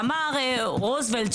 אמר רוזוולט,